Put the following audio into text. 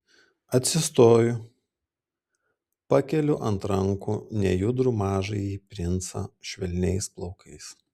atsistoju pakeliu ant rankų nejudrų mažąjį princą švelniais plaukais